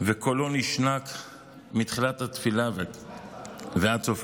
וקולו נשנק מתחילת התפילה ועד סופה.